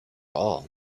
all